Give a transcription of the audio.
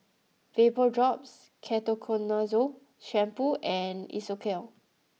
VapoDrops Ketoconazole Shampoo and Isocal